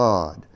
God